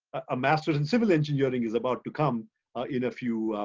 a master's in civil engineering is about to come in a few,